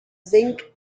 zinc